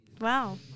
Wow